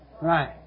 Right